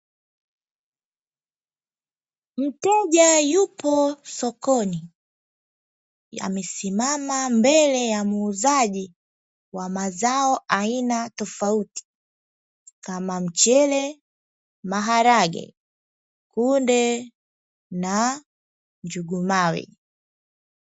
Mteja yupo sokoni amesimama mbele ya muuzaji wa mazao aina tofauti tofauti kama; mchele, maharage, kunde na njugu mawe.